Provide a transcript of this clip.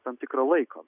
tam tikro laiko